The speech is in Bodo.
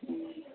उम